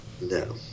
No